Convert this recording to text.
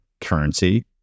currency